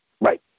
Right